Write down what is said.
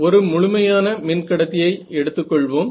ஒரு முழுமையான மின்கடத்தியை எடுத்துக்கொள்வோம்